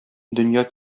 дөнья